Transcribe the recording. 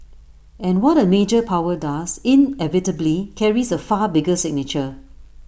and what A major power does inevitably carries A far bigger signature